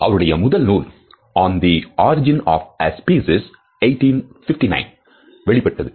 அவருடைய முதல் நூல் On the Origin of a Species 1859 ஆண்டில் வெளியிடப்பட்டது